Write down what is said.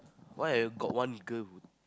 why I got one girl